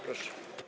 Proszę.